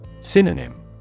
Synonym